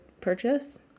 purchase